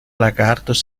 lagartos